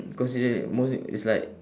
consider it most is like